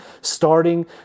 starting